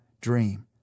dream